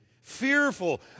fearful